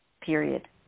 period